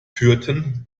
führten